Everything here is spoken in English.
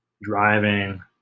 driving